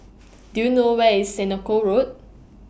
Do YOU know Where IS Senoko Road